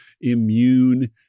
immune